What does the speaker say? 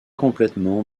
complètement